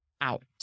out